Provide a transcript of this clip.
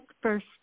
first